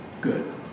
Good